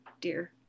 dear